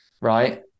Right